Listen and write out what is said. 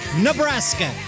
Nebraska